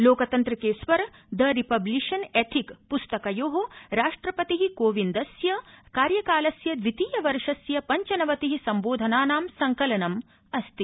लोकतन्त्र के स्वर द रिपब्लिशन एथिक पुस्तकयो राष्ट्रपति कोविंदस्य कार्यकालस्य द्वितीयवर्षस्य पंचनवति संबोधनानां संकलनं अस्ति